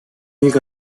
ilk